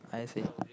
I see